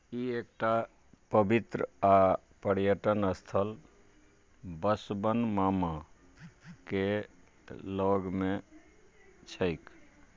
ई एकटा पवित्र आ पर्यटन स्थल बसवन मामाके लगमे छैक